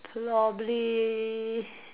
probably